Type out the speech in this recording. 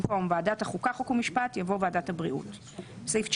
במקום "ועדת החוקה חוק ומשפט" יבוא ועדת הבריאות"; בסעיף 19א,